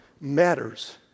matters